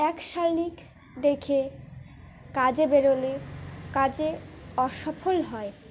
এক শালিক দেখে কাজে বেরোলে কাজে অসফল হয়